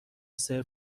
سرو